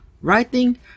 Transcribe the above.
writing